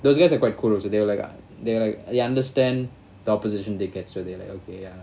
those guys are quite cool also they were like they like they understand the opposition they get so they're like okay ya